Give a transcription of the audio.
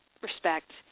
respect